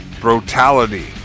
brutality